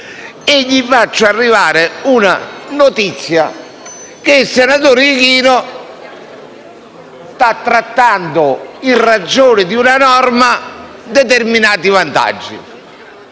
e gli facessi arrivare una notizia secondo cui il senatore Ichino sta trattando, in ragione di una norma, determinati vantaggi.